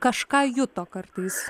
kažką juto kartais